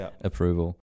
approval